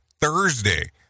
Thursday